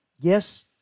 Yes